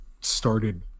started